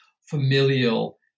familial